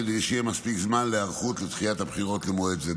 כדי שיהיה מספיק זמן להיערכות לדחיית הבחירות למועד זה.